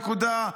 נקודה.